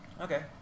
okay